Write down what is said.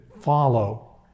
follow